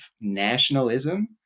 nationalism